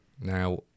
Now